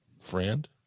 friend